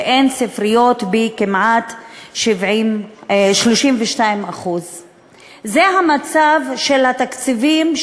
ואין ספריות בכמעט 32%. זה המצב של התקציבים,